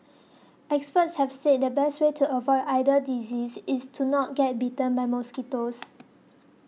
experts have said the best way to avoid either disease is to not get bitten by mosquitoes